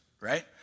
right